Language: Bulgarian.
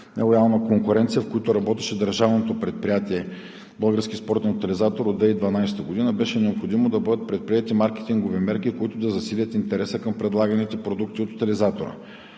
нелоялна конкуренция, в които работеше Държавното предприятие „Български спортен тотализатор“ от 2012 г., беше необходимо да бъдат предприети маркетингови мерки, които да засилят интереса към предлаганите продукти от Тотализатора.